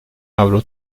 avro